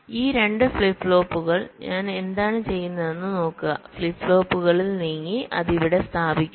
ഈ 2 ഫ്ലിപ്പ് ഫ്ലോപ്പുകൾ ഞാൻ എന്താണ് ചെയ്യുന്നതെന്ന് നോക്കുക ഫ്ലിപ്പ് ഫ്ലോപ്പുകളിൽ നീങ്ങി അത് ഇവിടെ സ്ഥാപിക്കുക